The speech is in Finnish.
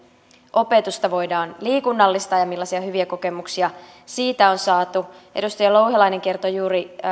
opetusta voidaan liikunnallistaa ja millaisia hyviä kokemuksia siitä on saatu edustaja louhelainen kertoi juuri